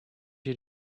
you